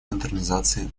модернизации